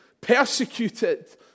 persecuted